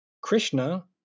Krishna